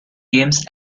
games